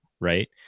Right